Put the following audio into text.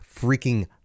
freaking